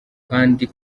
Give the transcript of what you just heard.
kandi